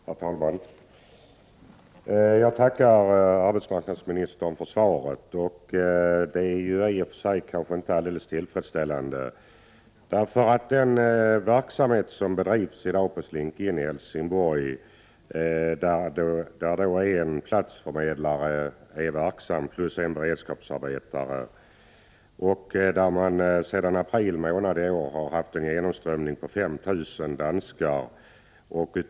Herr talman! Jag tackar arbetsmarknadsministern för svaret, som inte var alldeles tillfredsställande. På Slink-In i Helsingborg är en platsförmedlare och en beredskapsarbetare verksamma. Sedan april månad i år har man haft en genomströmning av 5 000 danskar.